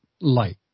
light